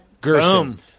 Gerson